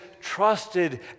trusted